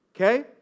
okay